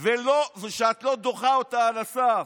וזה שאת לא דוחה אותה על הסף.